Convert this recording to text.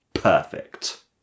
perfect